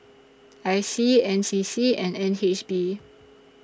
I C N C C and N H B